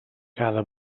cada